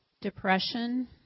depression